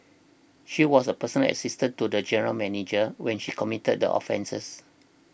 she was a personal assistant to the general manager when she committed the offences